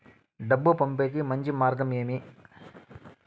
డబ్బు పంపేకి మంచి మార్గం ఏమి